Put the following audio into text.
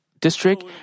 district